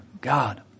God